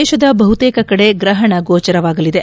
ದೇಶದ ಬಹುತೇಕ ಕಡೆ ಗ್ರಹಣ ಗೋಚರವಾಗಲಿದೆ